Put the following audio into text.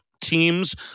teams